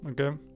okay